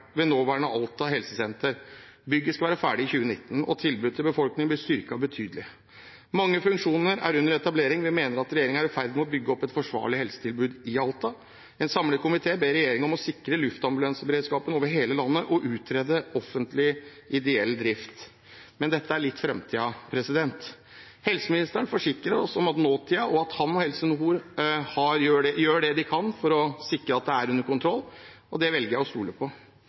ved nåværende Alta helsesenter. Bygget skal være ferdig i 2019, og tilbudet til befolkningen blir styrket betydelig. Mange funksjoner er under etablering. Vi mener regjeringen er i ferd med å bygge opp et forsvarlig helsetilbud i Alta. En samlet komité ber regjeringen om å sikre luftambulanseberedskapen over hele landet og å utrede offentlig/ideell drift. Men dette er litt i framtiden. Helseministeren forsikrer oss om nåtiden og at han og Helse Nord gjør det de kan for å sikre at det er under kontroll, og det velger jeg å stole på.